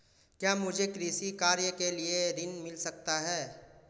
क्या मुझे कृषि कार्य के लिए ऋण मिल सकता है?